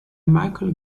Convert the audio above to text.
michael